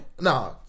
Nah